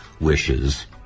wishes